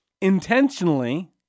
intentionally